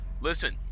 Listen